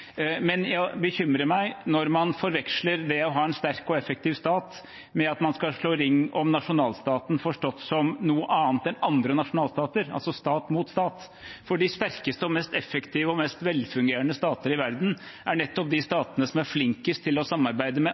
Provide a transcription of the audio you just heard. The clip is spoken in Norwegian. Men det bekymrer meg når man forveksler det å ha en sterk og effektiv stat med at man skal slå ring om nasjonalstaten forstått som noe annet enn andre nasjonalstater, altså stat mot stat. For de sterkeste og mest effektive og mest velfungerende stater i verden er nettopp de statene som er flinkest til å samarbeide med